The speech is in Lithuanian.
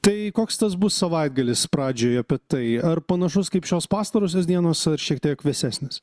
tai koks tas bus savaitgalis pradžioj apie tai ar panašus kaip šios pastarosios dienos ar šiek tiek vėsesnis